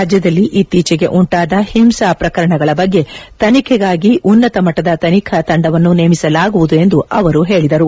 ರಾಜ್ಯದಲ್ಲಿ ಇತ್ತೀಚೆಗೆ ಉಂಟಾದ ಹಿಂಸಾ ಪ್ರಕರಣಗಳ ಬಗ್ಗೆ ತನಿಖೆಗಾಗಿ ಉನ್ನತ ಮಟ್ಟದ ತನಿಖಾ ತಂಡವನ್ನು ನೇಮಿಸಲಾಗುವುದು ಎಂದು ಅವರು ಹೇಳದರು